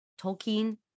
Tolkien